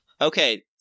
Okay